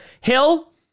Hill